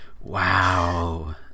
wow